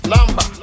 Lamba